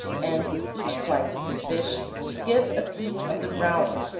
and with each slice of the fish give a piece of the round,